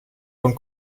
von